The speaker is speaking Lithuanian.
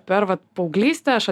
per vat paauglystę aš